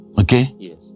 Okay